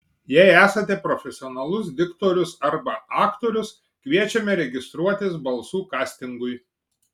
jei esate profesionalus diktorius arba aktorius kviečiame registruotis balsų kastingui